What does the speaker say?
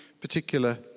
particular